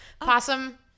Possum